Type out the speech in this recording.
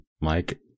Mike